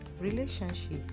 Relationship